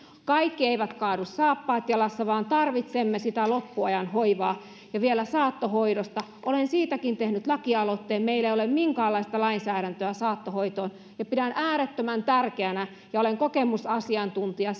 kaikki eivät kaadu saappaat jalassa vaan tarvitsemme sitä loppuajan hoivaa ja vielä saattohoidosta olen siitäkin tehnyt lakialoitteen meillä ei ole minkäänlaista lainsäädäntöä saattohoitoon ja pidän äärettömän tärkeänä olen kokemusasiantuntija